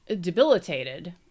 debilitated